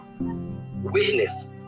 witness